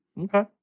Okay